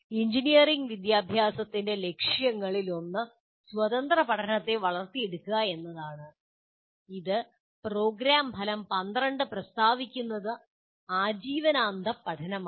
engineering വിദ്യാഭ്യാസത്തിന്റെ ലക്ഷ്യങ്ങളിലൊന്ന് സ്വതന്ത്ര പഠനത്തെ വളർത്തിയെടുക്കുക എന്നതാണ് ഇത് പ്രോഗ്രാം ഫലം 12 പ്രസ്താവിക്കുന്ന ആജീവനാന്ത പഠനമാണ്